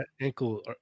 Ankle